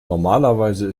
normalerweise